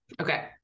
Okay